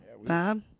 Bob